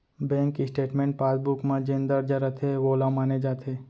bank statement passbook म जेन दर्ज रथे वोला माने जाथे